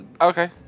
Okay